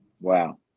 Wow